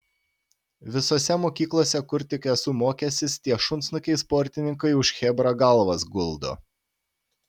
visose mokyklose kur tik esu mokęsis tie šunsnukiai sportininkai už chebrą galvas guldo